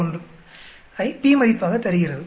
91 ஐ p மதிப்பாக தருகிறது